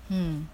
mm